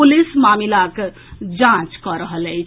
police मामिलाक जांच कऽ रहल अछि